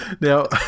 Now